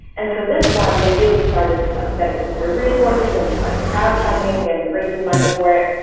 and so this one, they really started to like dedicate their resources into like crowdfunding and raising money for it.